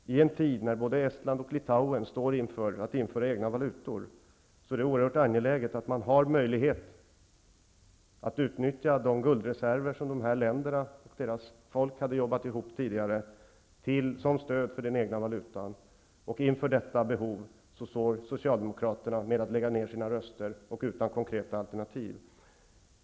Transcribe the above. I en tid när både Estland och Litauen står inför att införa egna valutor är det oerhört angeläget att det finns möjlighet att utnyttja de guldreserver som dessa länder och folk hade arbetat ihop tidigare som stöd för den egna valutan. Inför detta behov lägger Socialdemokraterna ner sina röster och står utan konkreta alternativ.